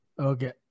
Okay